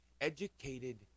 educated